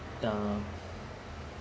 um